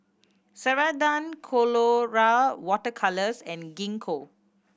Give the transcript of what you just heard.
Ceradan Colora Water Colours and Gingko